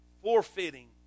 forfeiting